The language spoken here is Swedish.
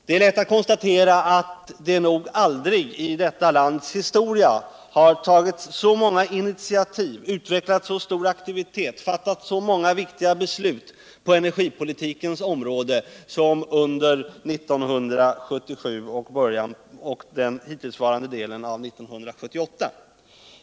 Det är lätt att konstatera att det nog aldrig i detta lands historia har tagits så många initiativ, utvecklats så stor aktivitet och fattats så många viktiga beslut på energipolitikens område som under 1977 och den hittillsvarande delen av 1978.